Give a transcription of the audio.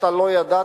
שאתה לא ידעת,